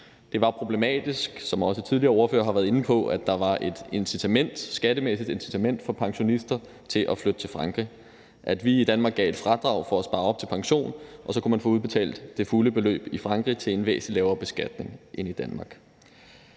Det var problematisk, som også tidligere ordførere har været inde på, at der var et skattemæssigt incitament for pensionister til at flytte til Frankrig; at vi i Danmark gav et fradrag for at spare op til pension, og så kunne man få udbetalt det fulde beløb i Frankrig til en væsentlig lavere beskatning end i Danmark.